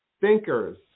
thinkers